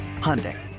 Hyundai